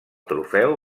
trofeu